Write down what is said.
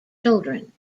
children